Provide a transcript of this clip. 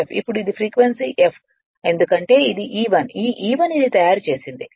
ఇప్పుడు ఇది frequency f ఎందుకంటే ఇది E1 ఈ E1 ఇది తయారు చేసింది